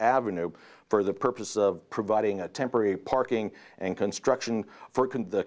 avenue for the purpose of providing a temporary parking and construction for the